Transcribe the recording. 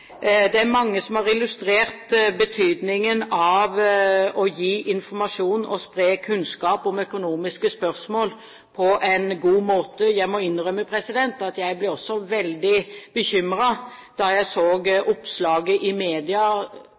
Det er mange som har illustrert betydningen av å gi informasjon og spre kunnskap om økonomiske spørsmål på en god måte. Jeg må innrømme at jeg ble også veldig bekymret da jeg så oppslaget i media